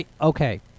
Okay